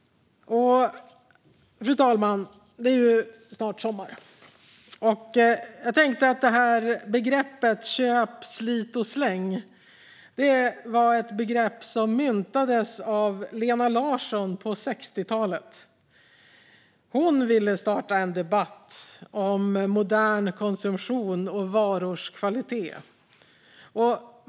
Fru talman! Begreppet "köp, slit och släng" myntades av Lena Larsson på 60-talet. Hon ville starta en debatt om modern konsumtion och varors kvalitet.